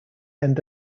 end